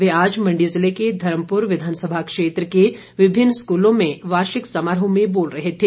वे आज मंडी जिले के धर्मपुर विधानसभा क्षेत्र के विभिन्न स्कूलों में वार्षिक समारोह में बोल रहे थे